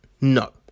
No